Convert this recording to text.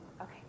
Okay